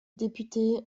députée